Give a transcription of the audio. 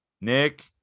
Nick